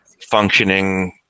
functioning